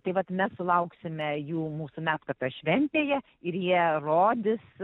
tai vat mes lauksime jų mūsų medkopio šventėje ir jie rodys